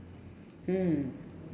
mm